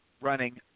running